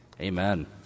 Amen